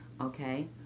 Okay